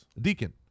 Deacon